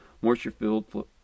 moisture-filled